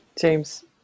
James